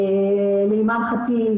לאימאן ח'טיב,